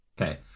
Okay